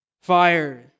Fire